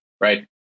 right